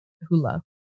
Hula